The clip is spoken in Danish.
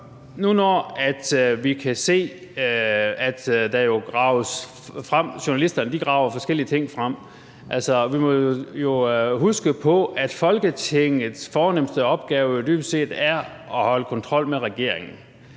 noget frem – journalisterne graver jo forskellige ting frem. Vi må huske på, at Folketingets fornemste opgave jo dybest set er at holde kontrol med regeringen.